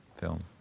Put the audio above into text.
film